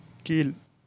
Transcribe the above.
கீழ்